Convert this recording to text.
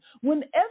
Whenever